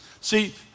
See